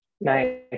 Nice